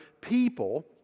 people